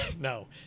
no